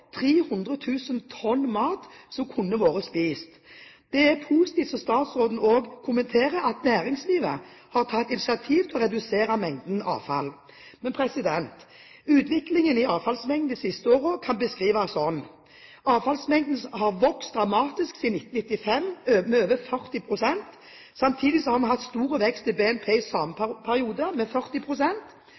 tonn mat som kunne vært spist. Det er positivt, som statsråden også kommenterer, at næringslivet har tatt initiativ til å redusere mengden avfall. Utviklingen i avfallsmengden de siste årene kan beskrives slik: Avfallsmengden har vokst dramatisk siden 1995, med over 40 pst. Samtidig har vi hatt stor vekst i BNP i samme periode, med